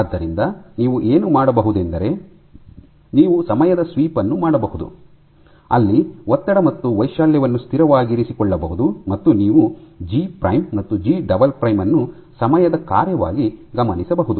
ಆದ್ದರಿಂದ ನೀವು ಏನು ಮಾಡಬಹುದೆಂದರೆ ನೀವು ಸಮಯದ ಸ್ವೀಪ್ ನ್ನು ಮಾಡಬಹುದು ಅಲ್ಲಿ ಒತ್ತಡ ಮತ್ತು ವೈಶಾಲ್ಯವನ್ನು ಸ್ಥಿರವಾಗಿರಿಸಿಕೊಳ್ಳಬಹುದು ಮತ್ತು ನೀವು ಜಿ ಪ್ರೈಮ್ ಮತ್ತು ಜಿ ಡಬಲ್ ಪ್ರೈಮ್ ಅನ್ನು ಸಮಯದ ಕಾರ್ಯವಾಗಿ ಗಮನಿಸಬಹುದು